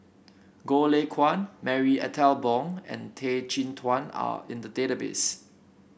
Goh Lay Kuan Marie Ethel Bong and Tan Chin Tuan are in the database